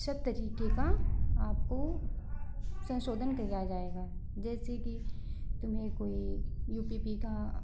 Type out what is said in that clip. सब तरीके का आपको संशोधन करवाया जाएगा जैसे कि उन्हें को यू पी पी का